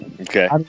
Okay